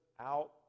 out